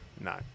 no